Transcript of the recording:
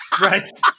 Right